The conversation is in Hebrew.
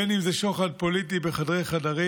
בין שזה שוחד פוליטי בחדרי-חדרים,